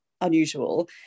unusual